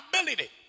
ability